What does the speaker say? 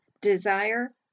desire